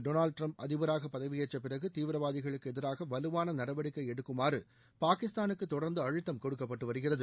Donald Trump அதிபராக பதவியேற்ற பிறகு தீவிரவாதிகளுக்கு எதிராக வலுவான நடவடிக்கை எடுக்குமாறு பாகிஸ்தானுக்கு தொடர்ந்து அழுத்தம் கொடுக்கப்பட்டு வருகிறது